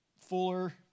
Fuller